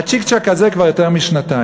הצ'יק-צ'ק הזה כבר יותר משנתיים.